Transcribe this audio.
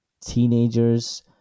Teenagers